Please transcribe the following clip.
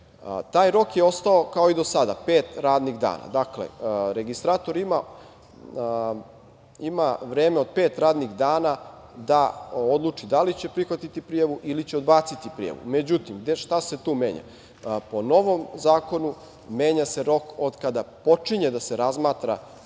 Taj rok je ostao kao i do sada – pet radnih dana. Dakle, registrator ima vreme od pet radnih dana da odluči da li će prihvatiti prijavu ili će odbaciti prijavu.Međutim, šta se tu menja? Po novom zakonu menja se rok otkada počinje da se razmatra prijava. Dakle,